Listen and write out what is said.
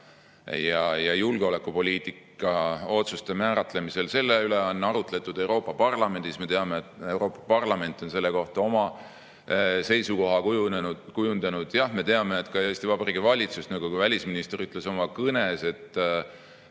ja julgeolekupoliitika otsuste [langetamisel]. Selle üle on arutletud Euroopa Parlamendis. Me teame, et Euroopa Parlament on selle kohta oma seisukoha kujundanud. Jah, me teame, et ka Eesti Vabariigi valitsus, nagu ka välisminister ütles oma kõnes, on